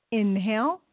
inhale